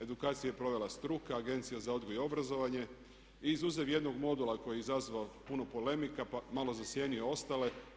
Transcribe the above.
Edukacije je provela struka, Agencija za odgoj i obrazovanje izuzev jednog modula koji je izazvao puno polemika, pa malo zasjenio ostale.